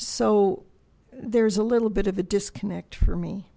so there's a little bit of a disconnect for me